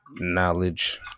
knowledge